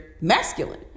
masculine